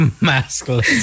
Masculine